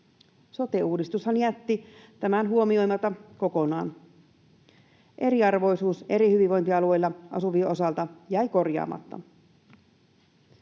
Sote-uudistushan jätti tämän huomioimatta kokonaan. Eriarvoisuus eri hyvinvointialueilla asuvien osalta jäi korjaamatta.